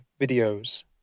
videos